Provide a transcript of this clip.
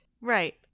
right